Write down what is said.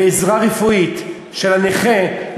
לעזרה רפואית לנכה,